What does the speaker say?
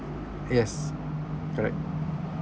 yes correct